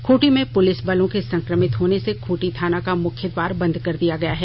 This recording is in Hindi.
ख्रंटी में पुलिस बलों के संक्रमित होने से खूंटी थाना का मुख्य द्वार बंद कर दिया गया है